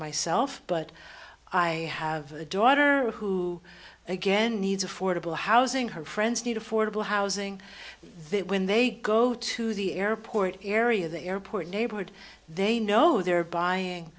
myself but i have a daughter who again needs affordable housing her friends need affordable housing they when they go to the airport area the airport neighborhood they know they're buying